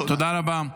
תודה רבה.